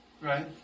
right